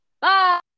Bye